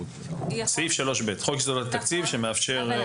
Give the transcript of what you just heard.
סעיף 3ב. חוק יסודות התקציב מאפשר.